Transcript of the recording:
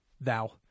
thou